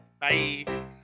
Bye